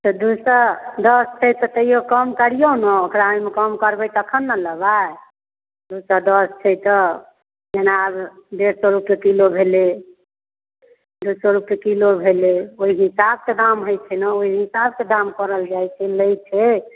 तऽ दुइ सओ दस छै तऽ तैओ कम करिऔ ने ओकरा ओहिमे करबै तखन ने लेबै दुइ सओ दस छै तऽ जेना आब डेढ़ सओ रुपैए किलो भेलै दुइ सओ रुपए किलो भेलै ओहि हिसाबसँ दाम होइ छै ने ओहि हिसाबसँ दाम करल जाइ छै लै छै